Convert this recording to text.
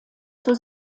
zur